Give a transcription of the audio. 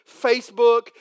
Facebook